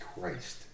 christ